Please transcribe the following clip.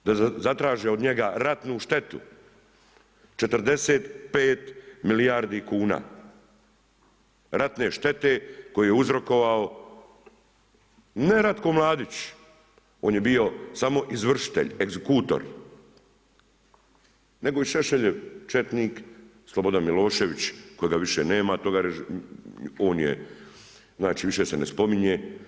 Da zatraže od njega ratnu štetu, 45 milijarde kuna, ratne štete koje je uzrokovao, ne Ratko Mladić, on je bio samo izvršitelj, egzekutor, nego i Šešeljev četnik, Slobodan Milošević, kojega više nema, on je, znači više se ne spominje.